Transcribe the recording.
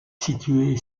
situé